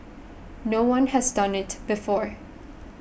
no one has done it before